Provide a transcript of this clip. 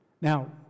Now